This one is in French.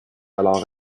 alors